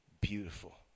beautiful